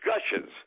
discussions